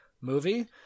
movie